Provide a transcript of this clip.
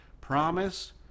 Promise